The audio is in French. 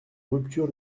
rupture